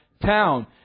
town